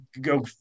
go